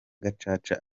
gacaca